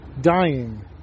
dying